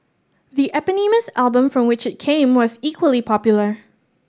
the eponymous album from which it came was equally popular